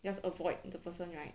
just avoid the person right